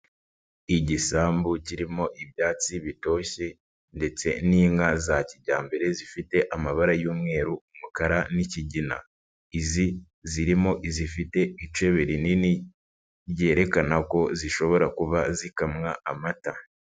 Igisambu kirimo ibyatsi bitoshye ndetse n'inka za kijyambere zifite amabara y'umweru, umukara n'kigina, izi zirimo izifite ice riinini byerekana ko zishobora kuba zikamwa amata.